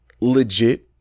legit